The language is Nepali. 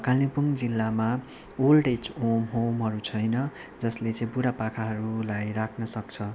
कालिम्पोङ जिल्लामा ओल्डेज होम होमहरू छैन जसले चाहिँ बुढा पाकाहरूलाई राख्न सक्छ